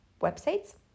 websites